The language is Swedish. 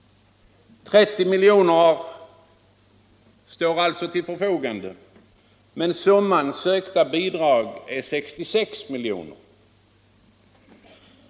30 milj.kr. står alltså till förfogande, men summan av de sökta bidragen uppgår till 66 milj.kr.